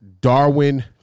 Darwin